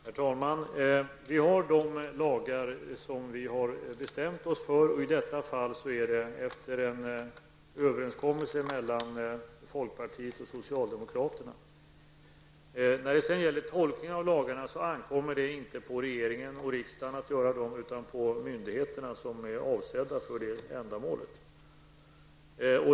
Herr talman! Vi har de lagar som vi har bestämt oss för. I detta fall är det efter en överenskommelse mellan folkpartiet och socialdemokraterna. När det gäller tolkningen av lagarna ankommer det inte på regering och riksdag att göra dem, utan på de myndigheter som är avsedda för det ändamålet.